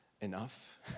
enough